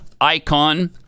icon